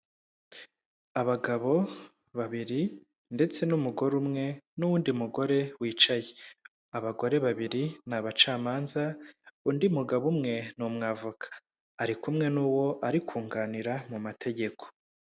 Abagabo babiri ndetse n'umugore umwe n'undi mugore wicaye. Abagore babiri ni abacamanza undi mugabo umwe ni umwavoka ari kumwe n'uwo bari kunganira mu mategeko.